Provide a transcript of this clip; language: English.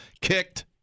kicked